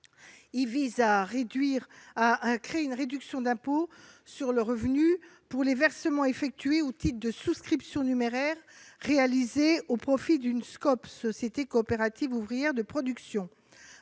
Il vise à créer une réduction d'impôt sur le revenu pour les versements effectués au titre de souscription en numéraire réalisés au profit d'une société coopérative ouvrière de production